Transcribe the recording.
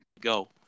go